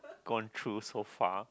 gone through so far